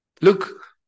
Look